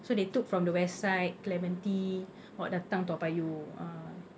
so they took from the west side clementi bawa datang toa payoh ah